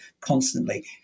constantly